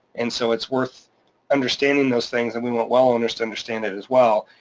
and so it's worth understanding those things and we want well owners to understand it as well.